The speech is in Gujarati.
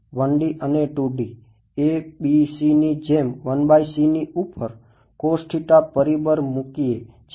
1 D અને 2 D ABCની જેમ ની ઉપર પરીબર મુકીએ છીએ